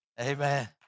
Amen